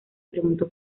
preguntó